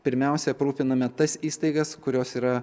pirmiausia aprūpiname tas įstaigas kurios yra